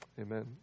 amen